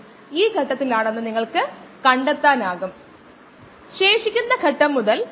നമ്മൾ എല്ലാവരും മെറ്റീരിയൽ ബാലൻസുകളെക്കുറിച്ചുള്ള ഒരു കോഴ്സിലൂടെ കടന്നുപോയി